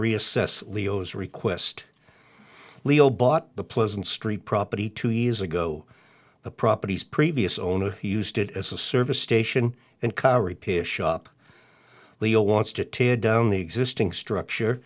reassess leo's request leo bought the pleasant street property two years ago the properties previous owner used it as a service station and car repair shop leo wants to tear down the existing structure